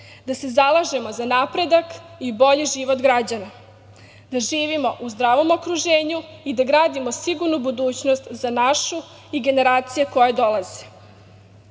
da se zalažemo za napredak i bolji život građana, da živimo u zdravom okruženju i da gradimo sigurnu budućnost za našu i generacije koje dolaze. Dakle,